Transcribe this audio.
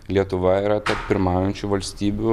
lietuva yra tarp pirmaujančių valstybių